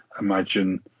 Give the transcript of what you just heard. imagine